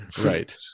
right